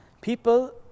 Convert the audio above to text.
People